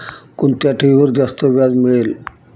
कोणत्या ठेवीवर जास्त व्याज मिळेल?